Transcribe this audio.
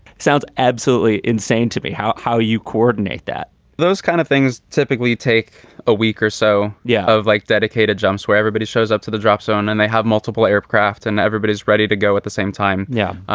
sounds absolutely insane to me how how you coordinate that those kind of things typically take a week or so. yeah. i've like dedicated jumps where everybody shows up to the dropzone and they have multiple aircraft and everybody's ready to go at the same time. yeah,